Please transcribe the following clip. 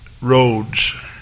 roads